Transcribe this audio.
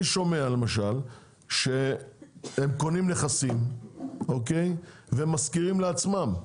שומע למשל שהם קונים נכסים ומשכירים לעצמם,